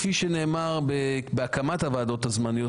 כפי שנאמר בהקמת הוועדות הזמניות,